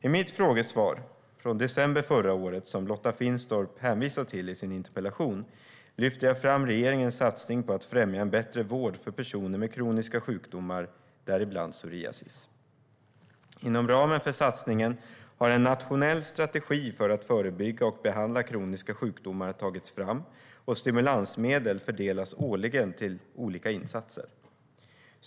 I mitt frågesvar från december förra året, som Lotta Finstorp hänvisar till i sin interpellation, lyfter jag fram regeringens satsning på att främja en bättre vård för personer med kroniska sjukdomar, däribland psoriasis. Inom ramen för satsningen har en nationell strategi för att förebygga och behandla kroniska sjukdomar tagits fram, och stimulansmedel fördelas årligen till olika insatser.